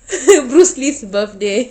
bruce lee's birthday